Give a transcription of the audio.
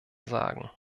sagen